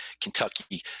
Kentucky